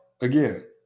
again